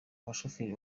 abashoferi